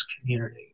community